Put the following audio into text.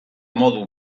modu